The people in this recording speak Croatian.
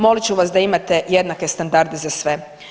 Molit ću vas da imate jednake standarde za sve.